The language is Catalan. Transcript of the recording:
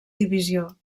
divisió